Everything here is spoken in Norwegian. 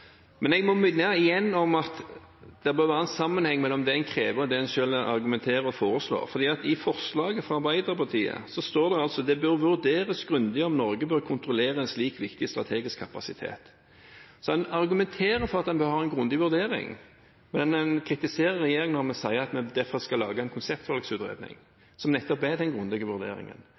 men jeg må igjen minne om at det bør være en sammenheng mellom det en krever, og det en selv argumenterer for og foreslår. For i forslaget fra Arbeiderpartiet står det altså: «Det bør vurderes grundig om Norge bør kontrollere en slik viktig strategisk kapasitet Så en argumenterer for at en bør ha en grundig vurdering, men en kritiserer regjeringen når vi sier at vi derfor skal lage en konseptvalgutredning, som nettopp vil gi denne grundige vurderingen.